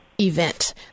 event